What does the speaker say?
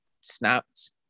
snapped